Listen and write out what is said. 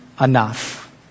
enough